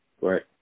Right